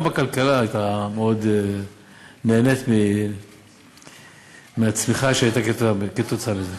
גם הכלכלה הייתה מאוד נהנית מהצריכה שהייתה כתוצאה מזה.